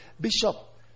Bishop